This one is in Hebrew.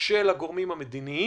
של הגורמים המדיניים,